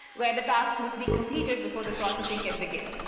where the tasks must be completed before the processing can begin.